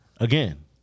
Again